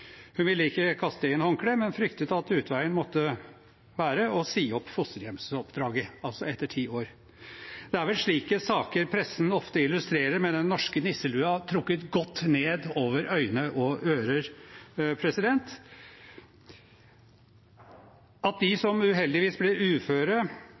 Hun ville ikke kaste inn håndkleet, men fryktet at utveien måtte bli å si opp fosterhjemsoppdraget, etter ti år. Det er vel slike saker pressen ofte illustrerer med den norske nisselua trukket godt nedover øyne og ører. At de